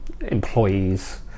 employees